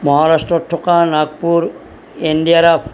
মহাৰাষ্ট্ৰত থকা Nagpur N D R F